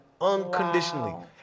unconditionally